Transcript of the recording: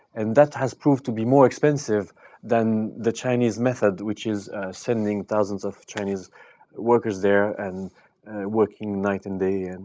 and that has proved to be more expensive than the chinese method, which is sending thousands of chinese workers there, and working night and day. and